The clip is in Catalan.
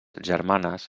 germanes